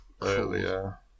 earlier